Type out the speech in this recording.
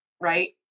right